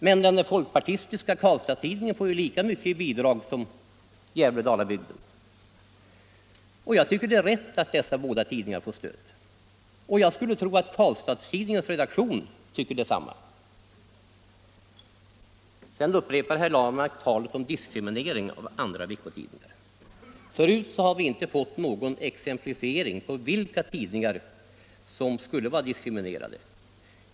Men den folkpartistiska Karlstads-Tidningen får ju lika mycket i bidrag som Gävle-Dalabygden. Jag tycker att det är rätt att dessa båda tidningar får stöd och jag skulle tro att Karlstads-Tidningens redaktion tycker detsamma. Sedan upprepar herr Ahlmark talet om diskriminering av andra veckotidningar. Förut har vi inte fått någon exemplifiering av vilka tidningar som skulle vara diskriminerade.